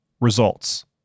Results